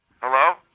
Hello